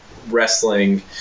wrestling